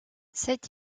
cette